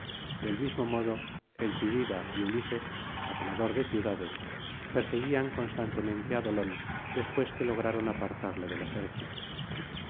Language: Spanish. del mismo modo el tidida y ulises asolador de ciudades perseguían constantemente á dolón después que lograron apartarle del ejército